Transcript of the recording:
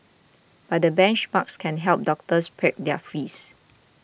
but the benchmarks can help doctors peg their fees